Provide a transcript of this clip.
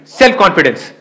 self-confidence